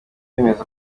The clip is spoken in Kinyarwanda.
bemeza